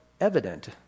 evident